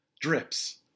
drips